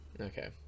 okay